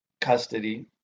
custody